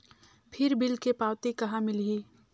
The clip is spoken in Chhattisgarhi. फिर बिल के पावती कहा मिलही?